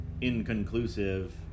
inconclusive